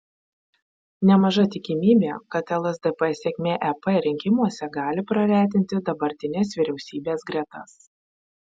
nemaža tikimybė kad lsdp sėkmė ep rinkimuose gali praretinti dabartinės vyriausybės gretas